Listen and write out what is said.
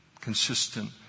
consistent